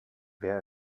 wer